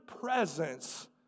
presence